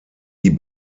die